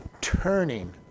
turning